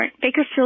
Bakersfield